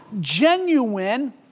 genuine